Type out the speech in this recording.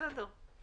בסדר.